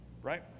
Right